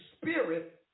spirit